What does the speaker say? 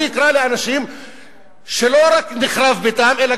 אני אקרא לאנשים שלא רק נחרב ביתם אלא